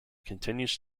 continues